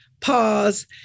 pause